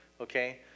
Okay